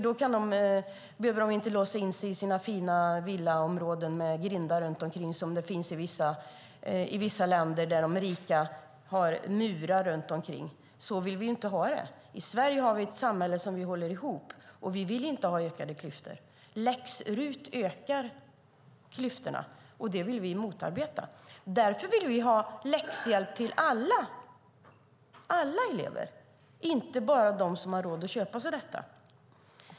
Då behöver de inte låsa in sig i sina fina villaområden med grindar som det finns i vissa länder där de rika har murar runt omkring. Så vill vi inte ha det. I Sverige har vi ett samhälle som vi håller ihop. Vi vill inte ha ökade klyftor. Läx-RUT ökar klyftorna, och det vill vi motarbeta. Därför vill vi ha läxhjälp till alla elever och inte bara dem som har råd att köpa sig detta.